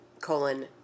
colon